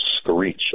screech